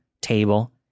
table